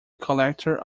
collector